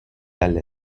alle